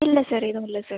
இல்லை சார் எதுவும் இல்லை சார்